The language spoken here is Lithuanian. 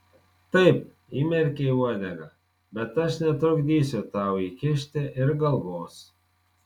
taip įmerkei uodegą bet aš netrukdysiu tau įkišti ir galvos